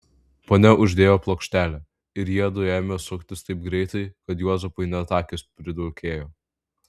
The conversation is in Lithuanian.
ponia uždėjo plokštelę ir jiedu ėmė suktis taip greitai kad juozapui net akys pridulkėjo